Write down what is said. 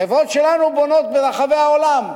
חברות שלנו בונות ברחבי העולם,